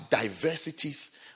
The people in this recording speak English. diversities